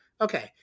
Okay